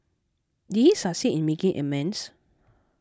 did he succeed in making amends